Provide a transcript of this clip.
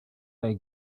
they